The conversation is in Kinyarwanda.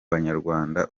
banyarwanda